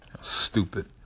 Stupid